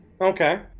Okay